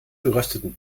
gerösteten